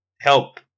help